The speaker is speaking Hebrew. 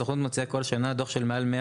הסוכנות מוציאה בכל שנה דו"ח של מעל 100